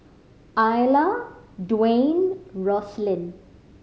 Iola Dwane Roselyn